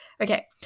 Okay